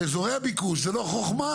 אני לא אומר שהכול זה באחריות המדינה.